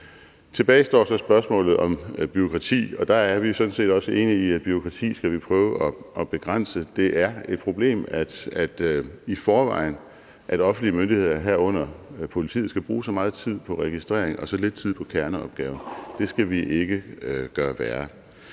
Tilbage står så spørgsmålet om bureaukrati, og der er vi sådan set også enige i, at bureaukratiet skal vi prøve at begrænse. Det er i forvejen et problem, at offentlige myndigheder, herunder politiet, skal bruge så meget tid på registrering og så lidt tid på kerneopgaver, og det skal vi ikke gøre værre.